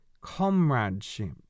comradeship